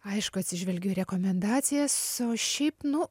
aišku atsižvelgiu į rekomendacijas o šiaip nu